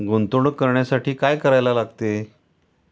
गुंतवणूक करण्यासाठी काय करायला लागते?